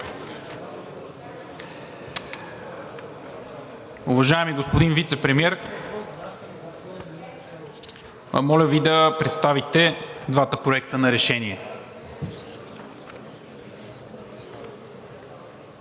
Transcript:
Уважаеми господин Вицепремиер, моля Ви да представите двата проекта на решение.